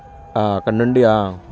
అక్కడ నుండి